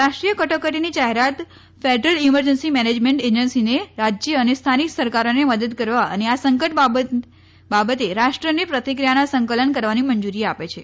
રાષ્ટ્રીય કટોકટીની જાહેરાત ફેડરલ ઇમરજન્સી મેનેજમેન્ટ એજન્સીને રાજય અને સ્થાનિક સરકારોને મદદ કરવા અને આ સંકટ બાબતે રાષ્ટ્રની પ્રતિક્રિયાના સંકલન કરવાની મંજુરી આપે છે